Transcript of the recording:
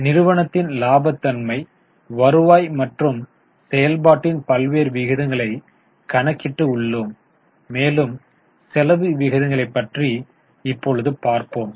நிறுவனத்தின் இலாபத்தன்மை வருவாய் மற்றும் செயல்பாட்டின் பல்வேறு விகிதங்களை கணக்கிட்டு உள்ளோம் மேலும் செலவு விகிதங்களை பற்றி இப்பொழுது பார்ப்போம்